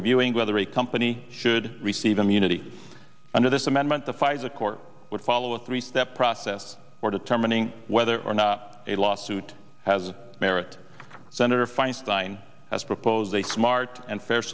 reviewing whether a company should receive immunity under this amendment the five the court would follow a three step process for determining whether or not a lawsuit has america senator feinstein has proposed a smart and fair